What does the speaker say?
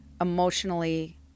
emotionally